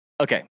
Okay